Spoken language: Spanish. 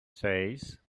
seis